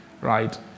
right